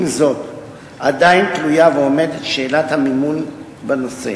עם זאת, עדיין תלויה ועומדת שאלת המימון בנושא.